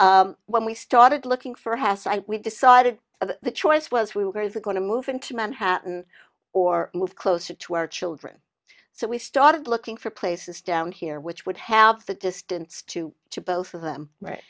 know when we started looking for has i we decided the choice was we were going to move into manhattan or move closer to our children so we started looking for places down here which would have the distance to both of them right